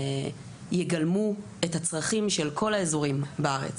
יגלמו את הצרכים של כל האזורים בארץ,